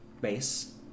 base